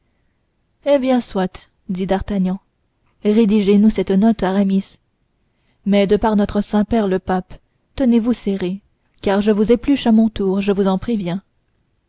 eh bien soit dit d'artagnan rédigez nous cette note aramis mais de par notre saint-père le pape tenez-vous serré car je vous épluche à mon tour je vous en préviens